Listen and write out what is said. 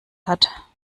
hat